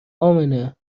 امنه